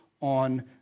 on